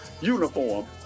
uniform